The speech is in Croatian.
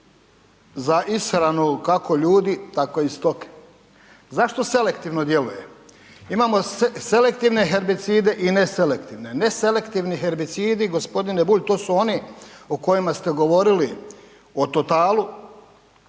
za ishranu kako ljudi tako i stoke. Zašto selektivno djeluje? Imamo selektivne herbicide i neselektivne. Neselektivni herbicidi gospodine Bulj to su oni o kojima ste govoriti o TOTAL-u